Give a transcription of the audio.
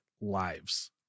lives